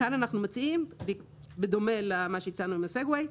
כאן אנחנו מציעים בדומה למה שהצענו עם הסגווי,